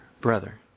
brother